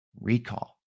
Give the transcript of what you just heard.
recall